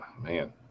man